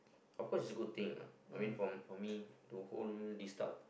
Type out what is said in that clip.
of course it's a good thing you know I mean for for me to hold this style